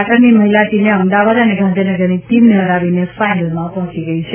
પાટણની મહિલા ટીમે અમદાવાદ અને ગાંધીનગરની ટીમને હરાવીને ફાઇનલમાં પહોંચી છે